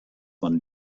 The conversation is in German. man